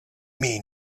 mean